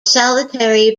solitary